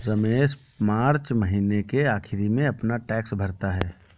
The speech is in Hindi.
रमेश मार्च महीने के आखिरी में अपना टैक्स भरता है